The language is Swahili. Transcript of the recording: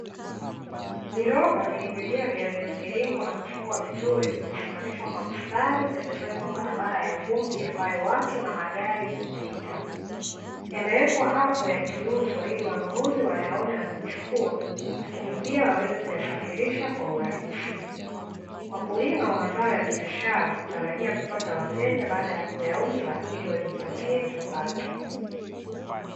Viroba vilivyojaa viazi mviringo na kufungwa vizuri, vimesimamishwa kwa mstari pembezoni mwa barabara ya vumbi ambayo watu na magari hupita. Yamewekwa hapo yakiuzwa ili wanunuzi wayaone na kuchukua lakini pia waweze kuyasafirisha kwa urahisi. Wakulima wa mazao ya biashara hutarajia kupata wateja baada ya kuyauza ili wajipatie kipato.